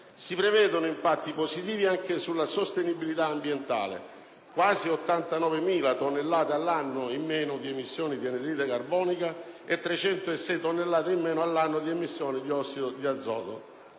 Si prevedono impatti positivi anche sulla sostenibilità ambientale: quasi 89.000 tonnellate all'anno in meno di emissioni di anidride carbonica e 306 tonnellate in meno all'anno di emissioni di ossido di azoto.